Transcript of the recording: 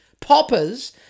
Poppers